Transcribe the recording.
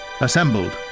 assembled